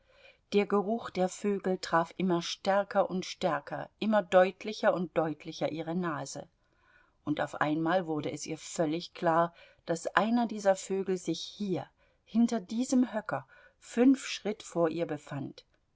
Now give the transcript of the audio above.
der geruch der vögel traf immer stärker und stärker immer deutlicher und deutlicher ihre nase und auf einmal wurde es ihr völlig klar daß einer dieser vögel sich hier hinter diesem höcker fünf schritt vor ihr befand